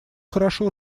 хорошо